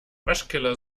waschkeller